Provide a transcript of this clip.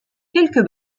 quelques